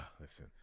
listen